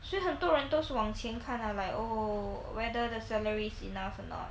说很多人都是往前看 lah like oh whether the salaries enough or not